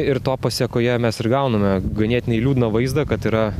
ir to pasekoje mes ir gauname ganėtinai liūdną vaizdą kad yra